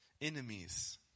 Enemies